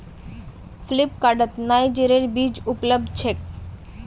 फ्लिपकार्टत नाइजरेर बीज उपलब्ध छेक